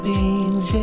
Beans